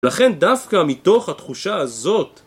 לכן דווקא מתוך התחושה הזאת